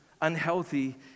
unhealthy